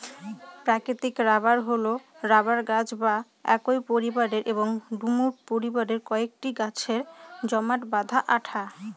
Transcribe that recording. প্রাকৃতিক রবার হল রবার গাছ বা একই পরিবারের এবং ডুমুর পরিবারের কয়েকটি গাছের জমাট বাঁধা আঠা